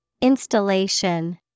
Installation